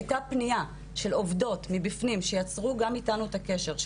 הייתה פניה של עובדות מבפנים שיצרו גם איתנו את הקשר,